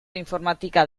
informatika